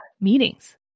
meetings